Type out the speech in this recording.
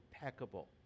impeccable